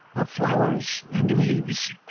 of flowers and leaves.